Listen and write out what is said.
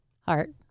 Heart